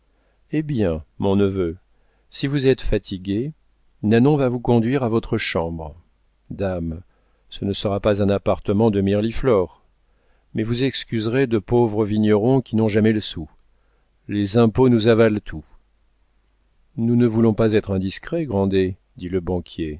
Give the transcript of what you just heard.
hé bien mon neveu si vous êtes fatigué nanon va vous conduire à votre chambre dame ce ne sera pas un appartement de mirliflor mais vous excuserez de pauvres vignerons qui n'ont jamais le sou les impôts nous avalent tout nous ne voulons pas être indiscrets grandet dit le banquier